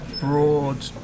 broad